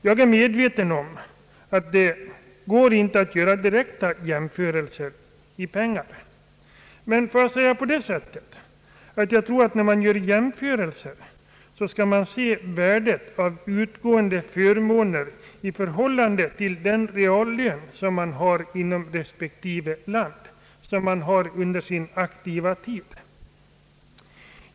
Jag är medveten om att det är svårt att göra direkta jämförelser i pengar, men jag tror att man vid jämförelser skall se värdet av utgående förmåner i förhållande till den reallön, som man har inom respektive land under sin aktiva tid.